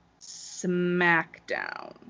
SmackDown